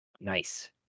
Nice